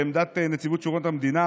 לעמדת נציבות שירות המדינה,